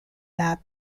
map